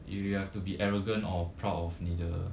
you you have to be arrogant or proud of 你的